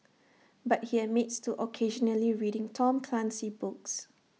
but he admits to occasionally reading Tom Clancy books